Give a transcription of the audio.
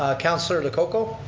councilor lococo.